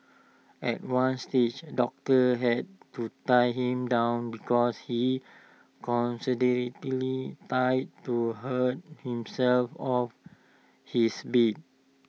at one stage doctors had to tie him down because he constantly tied to hurl himself off his bid